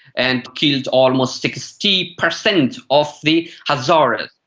and killed almost sixty per cent of the hazaras.